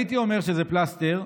הייתי אומר שזה פלסטר,